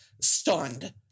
stunned